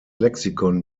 lexikon